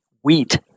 wheat